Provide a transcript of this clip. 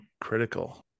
critical